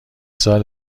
سال